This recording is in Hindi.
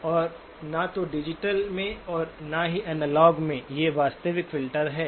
और न तो डिजिटल में और न ही एनालॉग में ये वास्तविक फिल्टर हैं